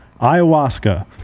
ayahuasca